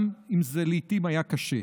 גם אם זה לעיתים היה קשה.